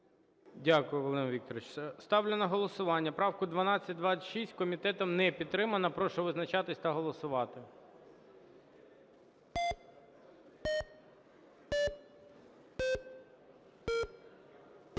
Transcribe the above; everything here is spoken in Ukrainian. Дякую, Володимир Вікторович. Ставлю на голосування правку 1225. Комітетом не підтримана. Прошу визначатись та голосувати.